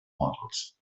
models